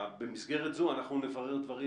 במסגרת זו אנחנו נברר דברים,